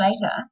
later